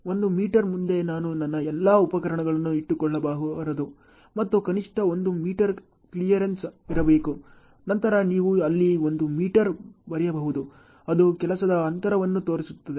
ಒಂದು ಮೀಟರ್ ಮುಂದೆ ನಾನು ನನ್ನ ಎಲ್ಲಾ ಉಪಕರಣಗಳನ್ನು ಇಟ್ಟುಕೊಳ್ಳಬಾರದು ಮತ್ತು ಕನಿಷ್ಠ ಒಂದು ಮೀಟರ್ ಕ್ಲಿಯರೆನ್ಸ್ ಇರಬೇಕು ನಂತರ ನೀವು ಅಲ್ಲಿ ಒಂದು ಮೀಟರ್ ಬರೆಯಬಹುದು ಅದು ಕೆಲಸದ ಅಂತರವನ್ನು ತೋರಿಸುತ್ತದೆ